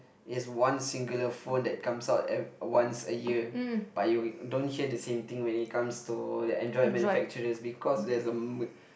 it's one singular phone that comes out every once a year but you don't hear the same thing when it comes to the Android manufacturers because there's a m~